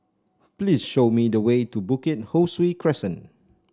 please show me the way to Bukit Ho Swee Crescent